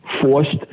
forced